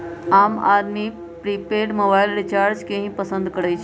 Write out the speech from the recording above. आम आदमी prepaid mobile recharge के ही पसंद करई छई